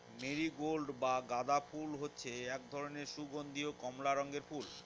marigold বা গাঁদা ফুল হচ্ছে এক ধরনের সুগন্ধীয় কমলা রঙের ফুল